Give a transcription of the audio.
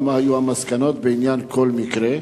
ומה היו המסקנות בעניין כל מקרה?